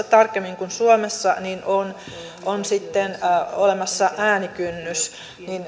tarkemmin kuin suomessa on on sitten olemassa äänikynnys